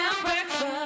Breakfast